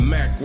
Mac